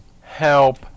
help